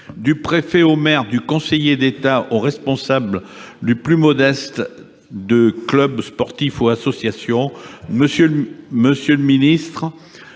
du préfet au maire, du conseiller d'État au responsable du plus modeste des clubs de sport ou d'association. Monsieur le ministre,